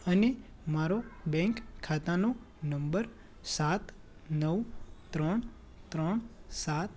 અને મારો બેંક ખાતાનો નંબર સાત નવ ત્રણ ત્રણ સાત